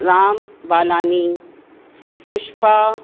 Ram Balani Pushpa